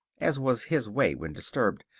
as was his way when disturbed.